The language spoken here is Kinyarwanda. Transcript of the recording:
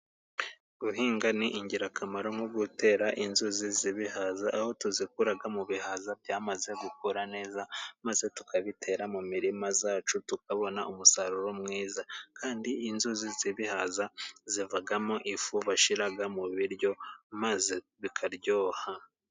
Guhinga ni ingirakamaro nko gutera inzuzi z'ibihaza, aho tuzikura mu bihaza byamaze gukura neza, maze tukabitera mu mirima yacu tukabona umusaruro mwiza. Kandi inzuzi zibihaza zivamo ifu bashira mu biryo maze bikaryoha.